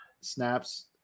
snaps